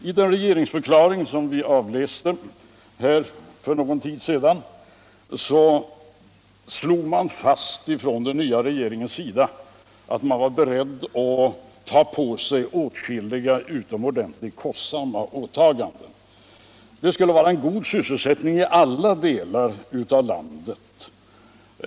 I den regeringsförklaring som vi avläste för någon tid sedan slog den nya regeringen fast att den var beredd att göra åtskilliga utomordentligt Allmänpolitisk debatt Allmänpolitisk debatt kostsamma åtaganden. Det skulle vara en god sysselsättning i alla delar av landet.